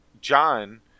john